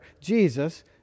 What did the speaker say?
Jesus